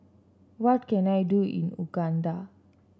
what can I do in Uganda